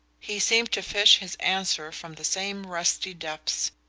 he seemed to fish his answer from the same rusty depths,